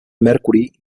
mercury